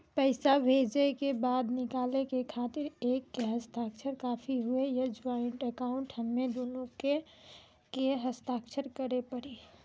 पैसा भेजै के बाद निकाले के खातिर एक के हस्ताक्षर काफी हुई या ज्वाइंट अकाउंट हम्मे दुनो के के हस्ताक्षर करे पड़ी?